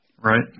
Right